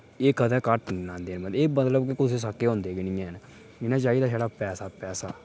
एह् कदें घट्ट निं लांदे एह् मतलब कि कुसै दे सक्के होंदे गै निं हैन इ'नें चाहिदा छड़ा पैसा पैसा